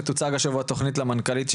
שתוצג השבוע תכנית למנכ"לית,